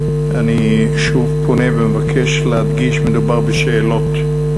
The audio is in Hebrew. אני שוב פונה ומבקש להדגיש: מדובר בשאלות.